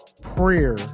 prayer